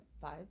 Five